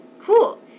Cool